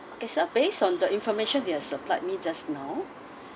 okay so based on the information you have supplied me just now